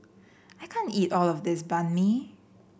I can't eat all of this Banh Mi